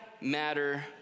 matter